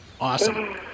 awesome